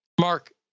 Mark